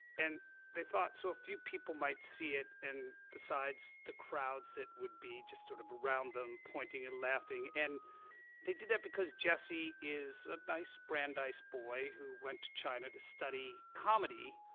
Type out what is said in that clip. and they thought, so a few people might see it, and besides the crowds that would be just sort of around them, pointing and laughing. and they did that because jesse is a nice brandeis boy who went to china to study comedy,